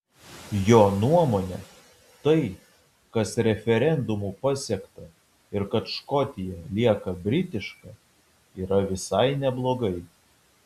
jo nuomone tai kas referendumu pasiekta ir kad škotija lieka britiška yra visai neblogai